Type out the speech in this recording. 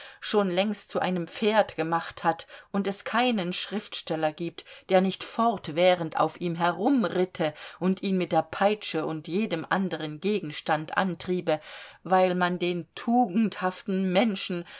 schon längst zu einem pferd gemacht hat und es keinen schriftsteller gibt der nicht fortwährend auf ihm herumritte und ihn mit der peitsche und jedem anderen gegenstand antriebe weil man den tugendhaften menschen